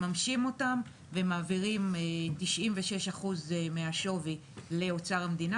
מממשים אותם ומעבירים 96% מהשווי לאוצר המדינה